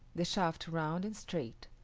the shaft round and straight.